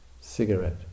cigarette